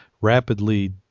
rapidly